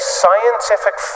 scientific